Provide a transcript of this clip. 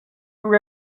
lur